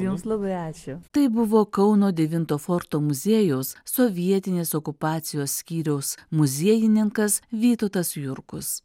jums labai ačiū tai buvo kauno devinto forto muziejaus sovietinės okupacijos skyriaus muziejininkas vytautas jurkus